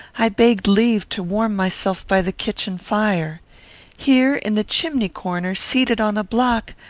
i begged leave to warm myself by the kitchen fire. here, in the chimney-corner, seated on a block,